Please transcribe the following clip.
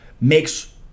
makes